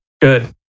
Good